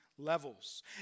levels